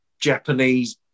Japanese